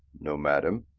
no, madam.